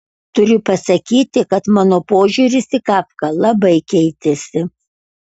turiu pasakyti kad mano požiūris į kafką labai keitėsi